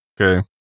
Okay